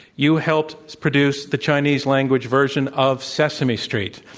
you helped produce the chinese language version of sesame street.